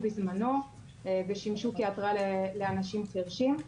בזמנו ושימשו כהתרעה לאנשים חירשים.